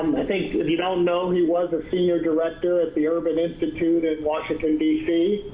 i think as you well know, he was a senior director at the urban institute in washington, dc.